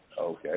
Okay